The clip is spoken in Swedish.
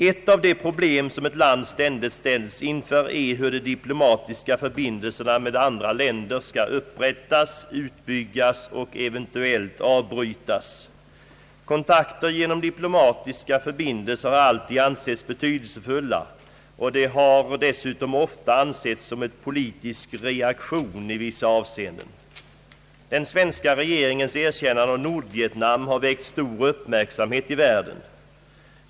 Ett av de problem som ett land ständigt ställs inför är hur de diplomatiska förbindelserna med andra länder skall upprättas, utbyggas och eventuellt avbrytas. Kontakter genom diplomatiska förbindelser har alltid ansetts betydelsefulla, och de har dessutom ofta ansetts som en politisk reaktion i vissa avseenden. Den svenska regeringens erkännande av Nordvietnam har väckt stor uppmärksamhet i världen.